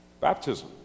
Baptism